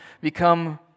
become